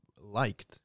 liked